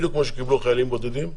בדיוק כמו שקיבלו החיילים הבודדים.